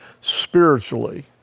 spiritually